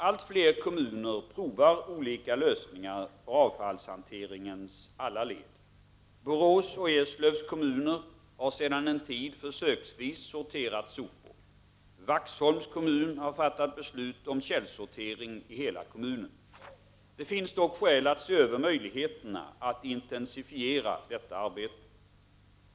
Allt fler kommuner provar olika lösningar för avfallshanteringens alla led. Borås och Eslövs kommuner har sedan en tid försöksvis sorterat sopor. Vax holms kommun har fattat beslut om källsortering i hela kommunen. Det finns dock skäl att se över möjligheterna att intensifiera detta arbete.